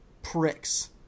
Pricks